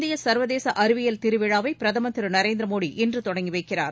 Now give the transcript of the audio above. இந்திய சர்வதேச அறிவியல் திருவிழாவை பிரதமர் திரு நரேந்திர மோடி இன்று தொடங்கி வைக்கிறார்